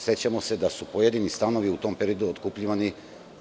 Sećamo se da su pojedini stanovi u tom periodu otkupljivani